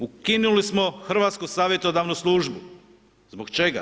Ukinuli smo Hrvatski savjetodavnu službu, zbog čega?